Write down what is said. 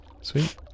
Sweet